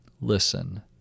Listen